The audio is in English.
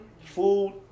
food